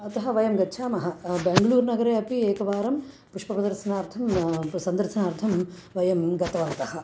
अतः वयं गच्छामः बेङ्लूर्नगरे अपि एकवारं पुष्पप्रदर्शनार्थं प सन्दर्शनार्थं वयं गतवन्तः